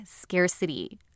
scarcity